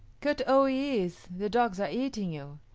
kut-o-yis', the dogs are eating you,